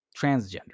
transgender